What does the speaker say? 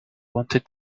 wanted